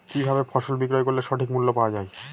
কি ভাবে ফসল বিক্রয় করলে সঠিক মূল্য পাওয়া য়ায়?